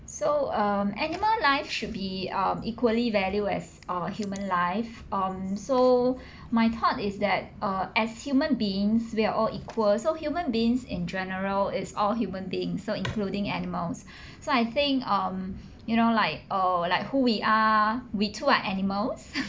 so um animal life should be um equally value as uh human life um so my thought is that uh as human beings we're all equal so human beings in general is all human being so including animals so I think um you know like err like who we are we too are animals